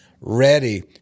Ready